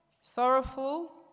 sorrowful